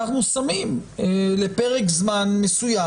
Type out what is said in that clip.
אתם שמים לפרק זמן מסוים